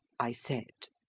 i said.